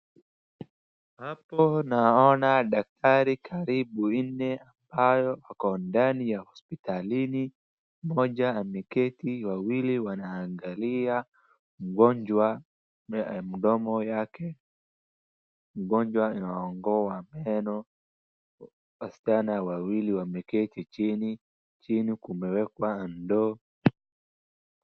Hapo naona daktari karibu nne ambayo ako ndani ya hospitalini, mmoja ameketi wawili wanaangalia mgonjwa mdomo yake. Mgonjwa anang'oa meno wasichana wawili wamekketi chini chini kumeekwa ndoo.